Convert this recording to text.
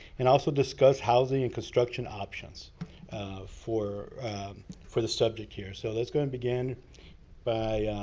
and also discuss housing and construction options for for the subject here. so, let's go and begin by